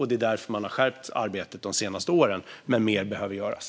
Det är därför man har skärpt arbetet de senaste åren, men mer behöver göras.